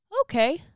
okay